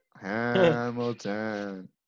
Hamilton